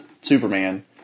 Superman